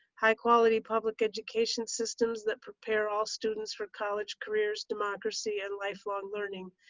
high quality public education systems that prepare all students for college, careers, democracy, and lifelong learning,